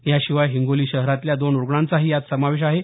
याशिवाय हिंगोली शहरातल्या दोन रुग्णांचाही यात समावेश आहे